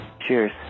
Cheers